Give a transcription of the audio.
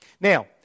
Now